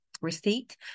receipt